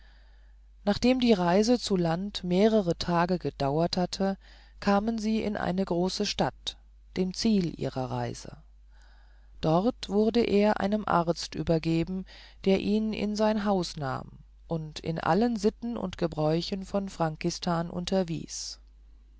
nachdem die reise zu land mehrere tage gedauert hatte kamen sie in eine große stadt dem ziel ihrer reise dort wurde er einem arzt übergeben der ihn in sein haus nahm und in allen sitten und gebräuchen von frankistan unterwies